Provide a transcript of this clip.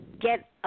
get